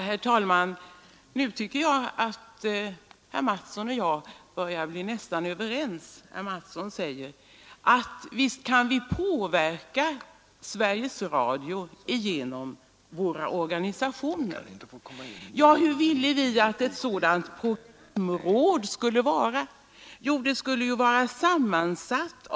Herr talman! Nu tycker jag att herr Mattsson i Lane-Herrestad och jag börjar bli nästan överens. Herr Mattsson säger att visst kan vi påverka Sveriges Radio genom våra organisationer. Hur ville vi motionärer då att ett sådant programråd skulle vara sammansatt?